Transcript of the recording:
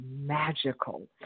magical